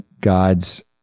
God's